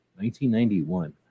1991